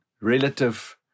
relative